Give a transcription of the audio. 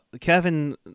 Kevin